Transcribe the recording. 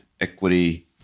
equity